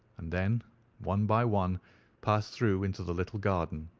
and then one by one passed through into the little garden.